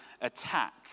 attack